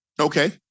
Okay